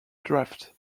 draft